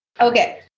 Okay